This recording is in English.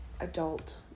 adult